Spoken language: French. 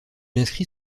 inscrit